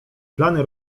plany